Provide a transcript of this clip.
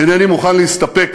אינני מוכן להסתפק